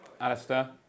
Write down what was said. Alistair